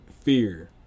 fear